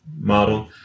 model